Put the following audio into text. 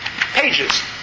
pages